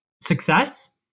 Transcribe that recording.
success